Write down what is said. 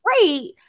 great